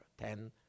Ten